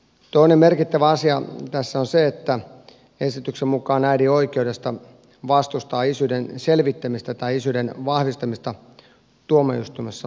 toinen merkittävä asia tässä on se että esityksen mukaan äidin oikeudesta vastustaa isyyden selvittämistä tai isyyden vahvistamista tuomioistuimessa luovutaan